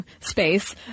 space